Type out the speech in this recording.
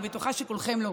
אני בטוחה שכולכם לא.